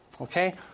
Okay